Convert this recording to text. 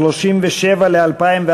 סעיף 37 ל-2014.